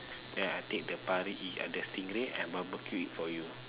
ya I take the pari uh the stingray and barbecue it for you